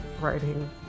writing